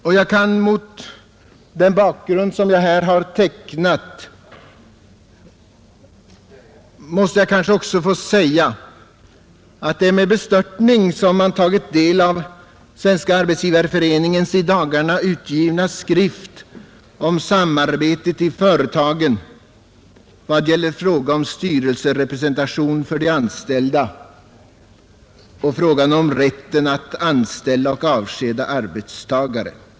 Och mot den bakgrund som jag här har tecknat måste jag också få säga att det är med bestörtning man har tagit del av Svenska arbetsgivareföreningens i dagarna utgivna skrift om samarbetet i företagen vad gäller frågan om styrelserepresentation för de anställda och frågan om rätten att anställa och avskeda arbetstagare.